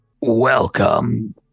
welcome